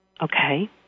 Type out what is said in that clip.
Okay